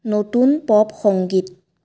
নতুন পপ সংগীত